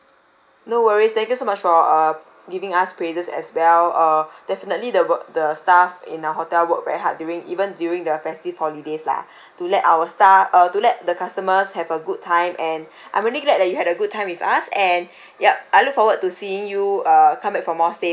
no worries thank you so much for uh giving us praises as well uh definitely there were the staff in our hotel work very hard during even during their festive holidays lah to let our staff uh to let the customers have a good time and I'm really glad that you had a good time with us and ya I look forward to seeing you uh come back for more stays lah